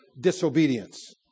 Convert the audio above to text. disobedience